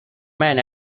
men